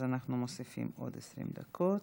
אז אנחנו מוסיפים עוד 20 דקות.